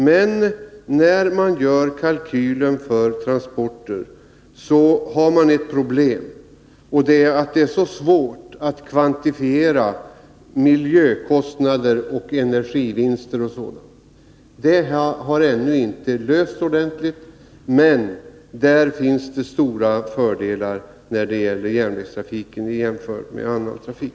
Men när man gör kalkyler för transporter har man problemen med att det är så svårt att kvantifiera 55 miljökostnader och energivinster och sådant. Dessa problem har ännu inte lösts ordentligt, men där finns det stora fördelar när det gäller järnvägstrafiken i jämförelse med annan trafik.